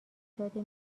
داده